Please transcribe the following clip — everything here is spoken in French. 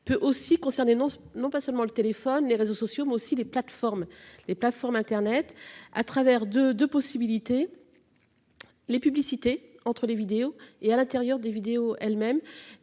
peut aussi concerner non non pas seulement le téléphone. Les réseaux sociaux mais aussi les plateformes les plateformes internet à travers de de possibilités. Les publicités entre les vidéos et à l'intérieur des vidéos elles-mêmes